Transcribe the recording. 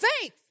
faith